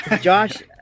Josh